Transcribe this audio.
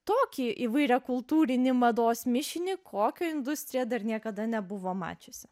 tokį įvairia kultūrinį mados mišinį kokio industrija dar niekada nebuvo mačiusi